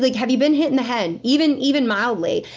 like have you been hit in the head, even even mildly.